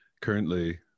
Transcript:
currently